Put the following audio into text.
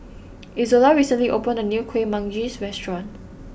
Izola recently opened a new Kuih Manggis Restaurant